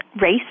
race